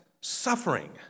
suffering